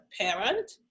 parent